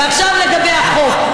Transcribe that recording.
ועכשיו לגבי החוק,